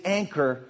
anchor